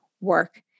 work